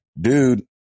dude